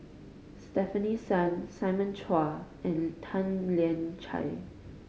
Stefanie Sun Simon Chua and Tan Lian Chye